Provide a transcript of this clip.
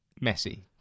messy